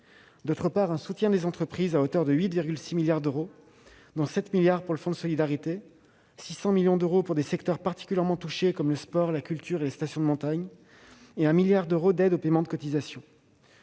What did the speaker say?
d'autre part, un soutien des entreprises à hauteur de 8,6 milliards d'euros, dont 7 milliards d'euros pour le fonds de solidarité, 600 millions d'euros pour des secteurs particulièrement touchés par la crise- le sport, la culture et les stations de montagne -et 1 milliard d'euros d'aide au paiement des cotisations